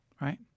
right